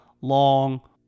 long